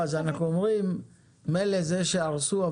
מילא זה שהרסו,